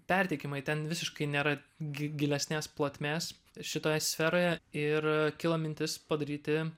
perteikimai ten visiškai nėra gi gilesnės plotmės šitoje sferoje ir kilo mintis padaryti